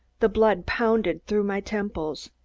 the blood pounded through my temples.